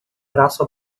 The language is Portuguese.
braço